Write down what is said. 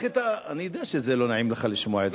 אני יודע שלא נעים לך לשמוע את זה.